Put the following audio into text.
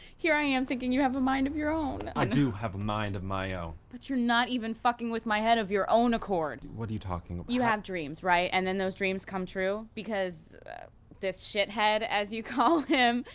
here i am thinking you have a mind of your own. i do have a mind of my own. but you're not even fucking with my head of your own accord. what are you talking about? you have dreams, right? and then those dreams come true, because this shithead, as you call him,